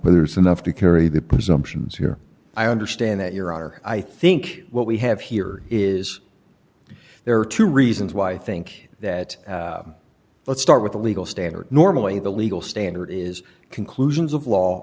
whether it's enough to carry the presumptions here i understand that your honor i think what we have here is there are two reasons why i think that let's start with the legal standard normally the legal standard is conclusions of law